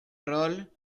rol